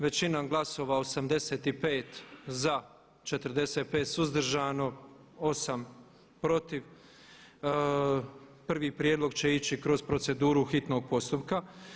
Većinom glasova 85 za, 45 suzdržano, 8 protiv, prvi prijedlog će ići kroz proceduru hitnog postupka.